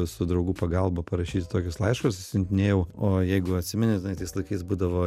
su draugų pagalba parašyti tokius laiškus išsiuntinėjau o jeigu atsimeni tai tais laikais būdavo